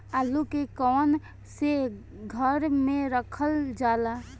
आलू के कवन से घर मे रखल जाला?